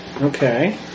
Okay